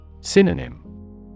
Synonym